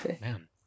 Man